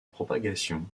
propagation